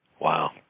Wow